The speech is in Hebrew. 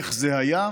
איך זה היה,